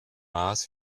maß